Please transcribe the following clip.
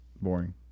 boring